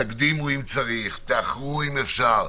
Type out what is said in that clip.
תקדימו אם צריך, תאחרו אם אפשר,